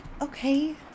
Okay